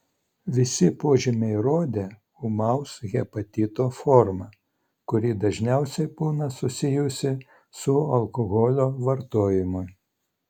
visi požymiai rodė ūmaus hepatito formą kuri dažniausiai būna susijusi su alkoholio vartojimu